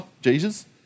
Jesus